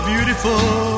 beautiful